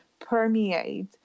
permeate